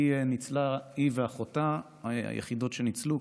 היא ואחותה היחידות שניצלו.